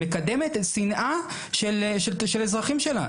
מקדמת שנאה של אזרחים שלה,